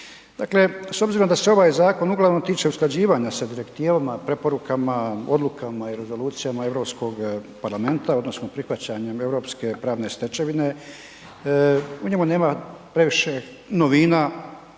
Dakle, s obzirom da se ovaj zakon uglavnom tiče usklađivanja sa direktivama, preporukama, odlukama i rezolucijama Europskog parlamenta odnosno prihvaćanjem Europske pravne stečevine, u njemu nema previše novina